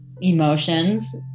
emotions